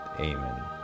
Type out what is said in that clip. Amen